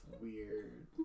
weird